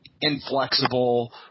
inflexible